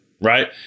Right